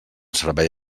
servei